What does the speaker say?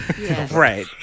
right